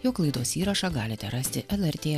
jog laidos įrašą galite rasti lrt